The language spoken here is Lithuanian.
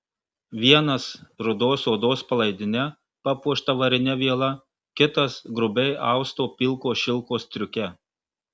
vienas rudos odos palaidine papuošta varine viela kitas grubiai austo pilko šilko striuke